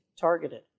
targeted